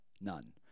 none